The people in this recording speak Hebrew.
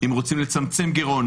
אם רוצים לצמצם גירעון,